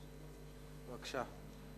בבקשה.